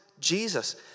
Jesus